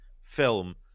film